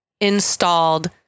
installed